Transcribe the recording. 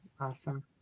Awesome